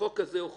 החוק הזה לרמה